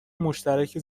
مشترک